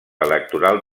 electoral